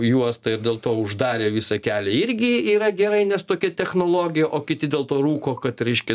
juostą ir dėl to uždarė visą kelią irgi yra gerai nes tokia technologija o kiti dėl to rūko kad reiškia